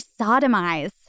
sodomize